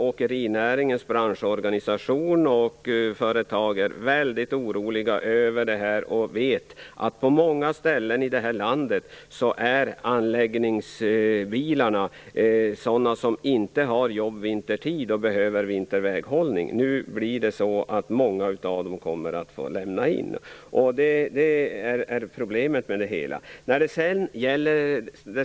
Åkerinäringens branschorganisation och företag är väldigt oroliga. Man vet att det inte finns jobb för anläggningsbilarna vintertid på många ställen och att vinterväghållning behövs. Nu kommer många av dem att få lämna in. Det är problemet.